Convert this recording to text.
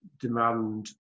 demand